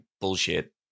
bullshit